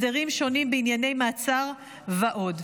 הסדרים שונים בענייני מעצר ועוד.